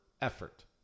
effort